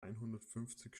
einhundertfünfzig